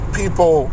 people